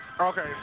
Okay